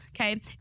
Okay